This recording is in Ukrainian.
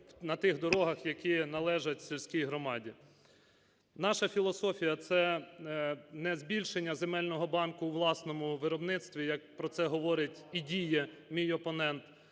на тих дорогах, які належать сільській громаді. Наша філософія це не збільшення земельного банку у власному виробництві, як про це говорить і діє мій опонент,